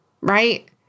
right